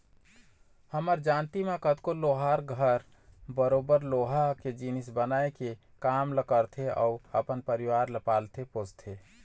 हमर जानती म कतको लोहार घर बरोबर लोहा के जिनिस बनाए के काम ल करथे अउ अपन परिवार ल पालथे पोसथे